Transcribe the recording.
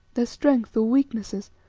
their strength or weaknesses,